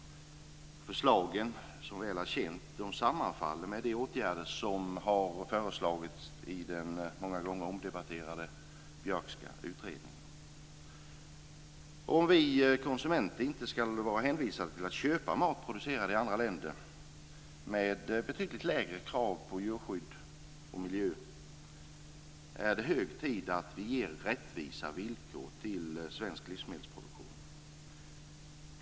Förslagen, som väl är känt, sammanfaller med de åtgärder som har föreslagits i den många gånger omdebatterade Björkska utredningen. Om vi konsumenter inte ska vara hänvisade till att köpa mat producerad i andra länder med betydligt lägre krav på djurskydd och miljöskydd är det hög tid att vi ger rättvisa villkor till svensk livsmedelsproduktion.